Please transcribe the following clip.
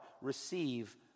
receive